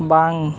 ᱵᱟᱝ